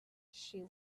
she